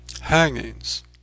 Hangings